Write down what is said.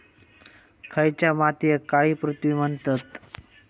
खयच्या मातीयेक काळी पृथ्वी म्हणतत?